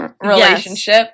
relationship